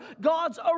God's